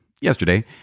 yesterday